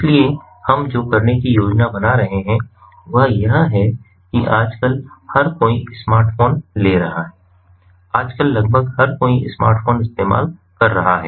इसलिए हम जो करने की योजना बना रहे हैं वह यह है कि आजकल हर कोई स्मार्टफ़ोन ले रहा है आजकल लगभग हर कोई स्मार्टफ़ोन इस्तेमाल कर रहा है